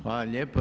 Hvala lijepo.